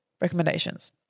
recommendations